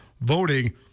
voting